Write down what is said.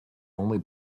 only